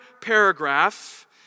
paragraph